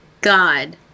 God